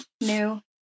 new